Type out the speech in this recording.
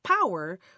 power